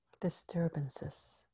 disturbances